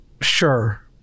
Sure